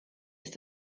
ist